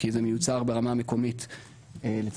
כי זה מיוצר ברמה המקומית לצרכנים.